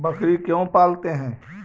बकरी क्यों पालते है?